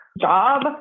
job